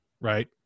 right